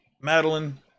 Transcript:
madeline